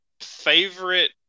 favorite